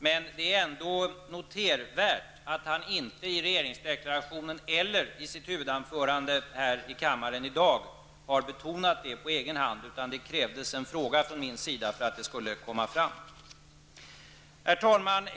Men det är ändå notervärt att han inte i regeringsdeklarationen eller i sitt huvudanförande här i kammaren i dag på egen hand har betonat det. Det krävdes en fråga från min sida för att den saken skulle komma fram. Herr talman!